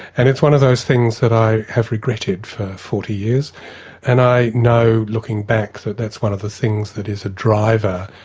and it's one of those things i have regretted for forty years and i know looking back that that's one of the things that is a driver.